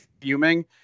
fuming